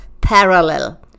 parallel